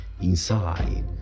inside